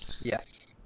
Yes